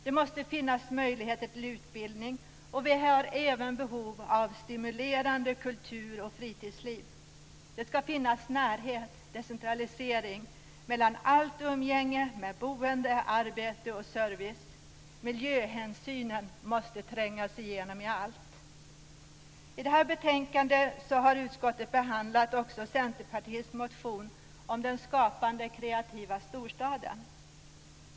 Det måste finnas möjligheter till utbildning, och vi har även behov av ett stimulerande kultur och fritidsliv. Det ska finnas en närhet och decentralisering mellan allt umgänge, boende, arbete och service. Miljöhänsynen måste tränga igenom i allt. I det här betänkandet har utskottet behandlat bl.a. Centerpartiets motion om den skapande, kreativa storstaden.